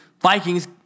Vikings